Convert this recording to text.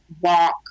walk